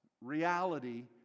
reality